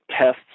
tests